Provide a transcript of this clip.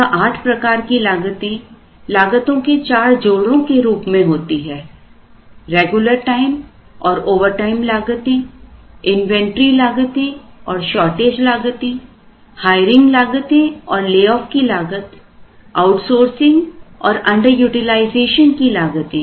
यह आठ प्रकार की लागतें लागतों के चार जोड़ों में रूप में होती हैं रेगुलर टाइम और ओवरटाइम लागतें इन्वेंटरी लागतें और शॉर्टेज लागतें हायरिंग लागतें और ले ऑफ की लागत आउटसोर्सिंग और अंडर यूटिलाइजेशन की लागतें